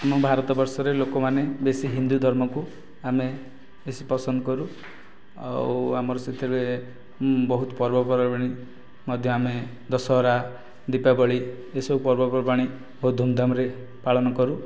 ଆମ ଭାରତବର୍ଷରେ ଲୋକମାନେ ବେଶୀ ହିନ୍ଦୁ ଧର୍ମକୁ ଆମେ ବେଶି ପସନ୍ଦ କରୁ ଆଉ ଆମର ସେ'ଥିରେ ବହୁତ ପର୍ବପର୍ବାଣୀ ମଧ୍ୟ ଆମେ ଦଶହରା ଦୀପାବଳୀ ଏସବୁ ପର୍ବପର୍ବାଣୀ ବହୁତ ଧୁମଧାମରେ ପାଳନ କରୁ